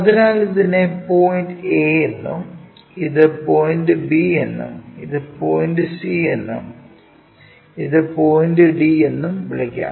അതിനാൽ ഇതിനെ point A എന്നും ഇത് പോയിന്റ് B എന്നും ഇത് പോയിന്റ് C എന്നും ഇത് പോയിന്റ് D എന്നും വിളിക്കാം